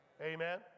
Amen